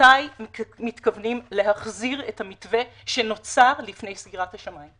מתי מתכוונים להחזיר את המתווה שנוצר לפני סגירת השמיים.